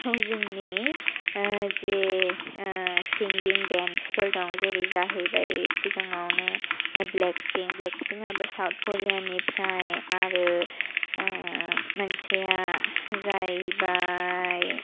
हजोंनि जे सिंगिं बेन्दसफोर दं जेरै जाहैबाय सिगाङावनो ब्लेक पिंक ब्लेक पिंकआबो साउथ करियानि बेनिफ्राय आरो मोनसेआ जाबाय